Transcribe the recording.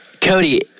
Cody